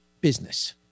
business